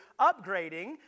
upgrading